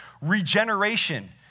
Regeneration